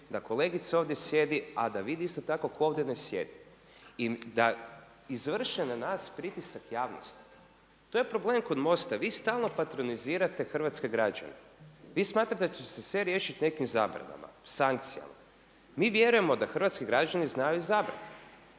da kolegica ovdje sjedi a da vidi isto tako ko ovdje ne sjedi. I da izvrše na nas pritisak javnosti. To je problem kod MOST-a, vi stalno patronizirate hrvatske građane. Vi smatrate da će se sve riješiti nekim zabranama, sankcijama. Mi vjerujemo da hrvatski građani znaju izabrati.